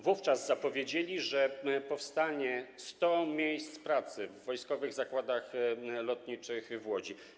Wówczas zapowiedzieli, że powstanie 100 miejsc pracy w Wojskowych Zakładach Lotniczych w Łodzi.